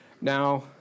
Now